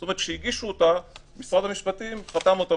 זאת אומרת, כשהגישו אותה, משרד המשפטים חתם אותה.